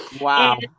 Wow